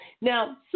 Now